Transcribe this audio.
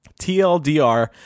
TLDR